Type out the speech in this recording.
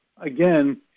again